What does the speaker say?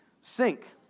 sink